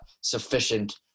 sufficient